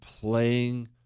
playing